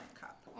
cup